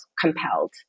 compelled